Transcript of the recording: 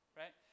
right